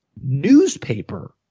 newspaper